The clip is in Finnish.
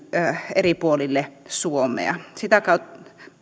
eri puolille suomea sitä kautta